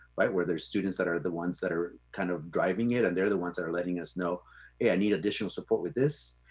right? where there are students that are the ones that are kind of driving it, and they're the ones that are letting us know, hey, i need additional support with this,